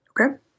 Okay